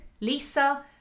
Lisa